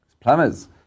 plumbers